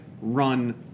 run